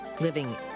Living